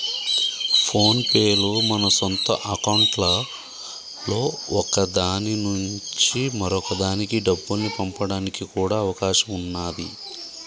phone pay లో మన సొంత అకౌంట్లలో ఒక దాని నుంచి మరొక దానికి డబ్బుల్ని పంపడానికి కూడా అవకాశం ఉన్నాది